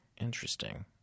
interesting